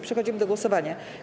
Przechodzimy do głosowania.